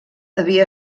havia